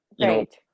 Right